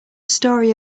story